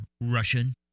Russian